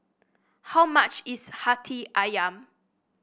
how much is hati ayam